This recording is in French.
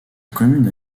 commune